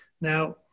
Now